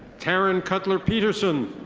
taryn cutler peterson.